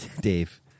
Dave